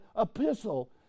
epistle